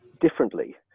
differently